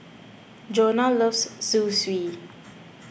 Johnna loves Zosui